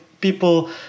people